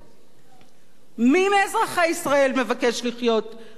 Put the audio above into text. מי מאזרחי ישראל מבקש לחיות במדינה דו-לאומית?